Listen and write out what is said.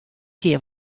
kear